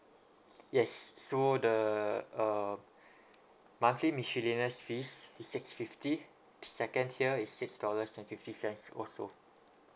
yes so the uh monthly miscellaneous fees is six fifty second tier is six dollars and fifty cents also